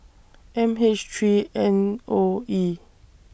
M H three N O E